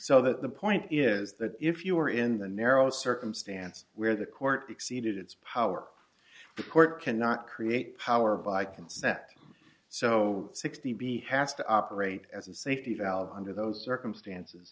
so that the point is that if you are in the narrow circumstance where the court be exceeded its power the court cannot create power by consent so sixty b has to operate as a safety valve under those circumstances